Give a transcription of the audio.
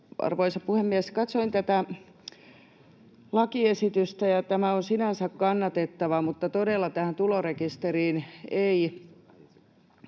Arvoisa puhemies! Katsoin tätä lakiesitystä, ja tämä on sinänsä kannatettava, mutta todella tähän tulorekisteriin ei